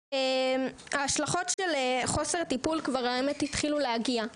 ההשלכות של חוסר טיפול כבר התחילו להגיע.